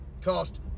cost